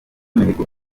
mihigo